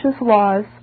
laws